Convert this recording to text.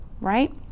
right